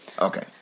Okay